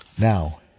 Now